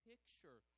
picture